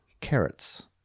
carrots